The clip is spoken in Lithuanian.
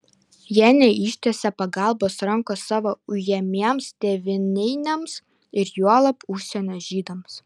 jie neištiesė pagalbos rankos savo ujamiems tėvynainiams ir juolab užsienio žydams